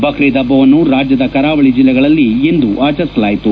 ಬಕ್ರೀದ್ ಹಬ್ಬವನ್ನು ರಾಜ್ಯದ ಕರಾವಳಿ ಜಿಲ್ಲೆಗಳಲ್ಲಿ ಇಂದು ಆಚರಿಸಲಾಯಿತು